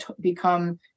become